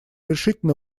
решительно